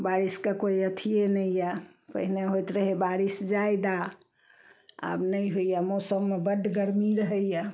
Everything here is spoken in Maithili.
बारिशके कोइ अथिये नहिए पहिने होइत रहय बारिश जादा आब नहि होइए मौसममे बड्ड गरमी रहैये